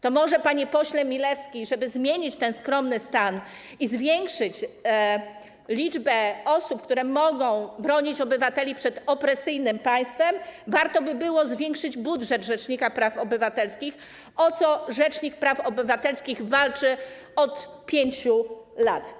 To może, panie pośle Milewski, żeby zmienić skromny stan biura i zwiększyć liczbę osób, które mogłyby bronić obywateli przed opresyjnym państwem, warto byłoby zwiększyć budżet rzecznika praw obywatelskich, o co rzecznik praw obywatelskich walczy od 5 lat?